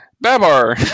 Babar